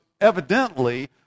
evidently